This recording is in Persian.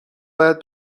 باید